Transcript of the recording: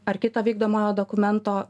ar kito vykdomojo dokumento